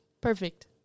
Perfect